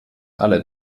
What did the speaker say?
alle